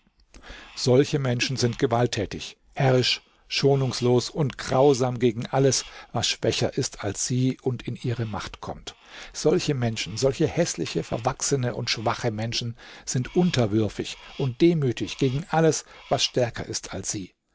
solche menschen sind gewalttätig herrisch schonungslos und grausam gegen alles was schwächer ist als sie und in ihre macht kommt solche menschen solche häßliche verwachsene und schwache menschen sind unterwürfig und demütig gegen alles was stärker ist als sie